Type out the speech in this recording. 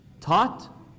taught